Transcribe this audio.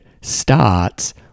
starts